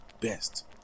best